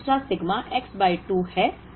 यह दूसरा sigma X by 2 है